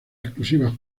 exclusivas